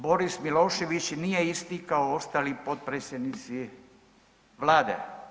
Boris Milošević nije isti kao ostali potpredsjednici vlade.